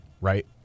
right